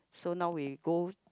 so now we go